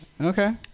Okay